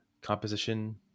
composition